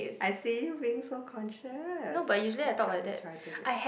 I see you being so conscious you got to try to be